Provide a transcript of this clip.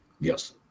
yes